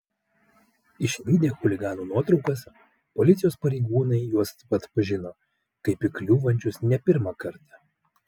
išvydę chuliganų nuotraukas policijos pareigūnai juos atpažino kaip įkliūvančius ne pirmą kartą